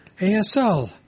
ASL